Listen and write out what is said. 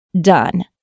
done